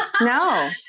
No